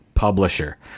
Publisher